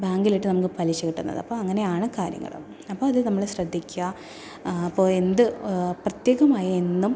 ബാങ്കിലിട്ട് നമുക്ക് പലിശ കിട്ടുന്നത് അപ്പോൾ അങ്ങനെയാണ് കാര്യങ്ങൾ അപ്പോൾ അത് നമ്മൾ ശ്രദ്ധിക്കുക അപ്പോൾ എന്ത് പ്രത്യേകമായി എന്നും